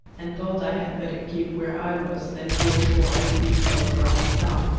and thought i had better keep where i was than go ashore and be flogged round the town,